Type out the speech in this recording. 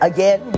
Again